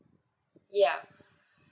ya